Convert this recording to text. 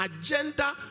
agenda